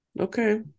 okay